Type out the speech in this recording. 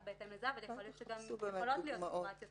בהתאם לזה אבל יכול להיות שיכולות להיות סיטואציות